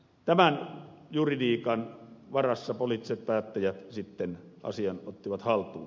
tämän juridiikan varassa poliittiset päättäjät sitten asian ottivat haltuun